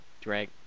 drag